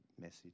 message